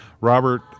Robert